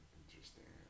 interesting